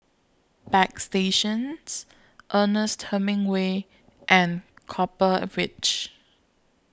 Bagstationz Ernest Hemingway and Copper Ridge